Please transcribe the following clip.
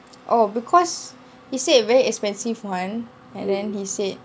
oh because he said very expensive [one] and then he said